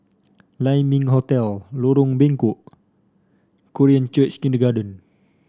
Lai Ming Hotel Lorong Bengkok Korean Church Kindergarten